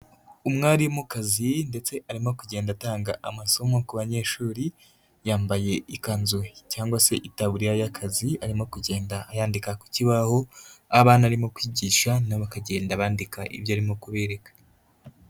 Umwarimukazi ndetse arimo kugenda atanga amasomo ku banyeshuri, yambaye ikanzu cyangwa se itaburiya y'akazi arimo kugenda yandika ku kibaho, abana arimo kwigisha na bo bakagenda bandika ibyo arimo kubereka.